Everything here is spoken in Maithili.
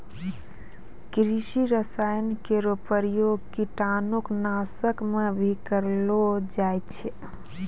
कृषि रसायन केरो प्रयोग कीटाणु नाशक म भी करलो जाय छै